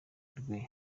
rwe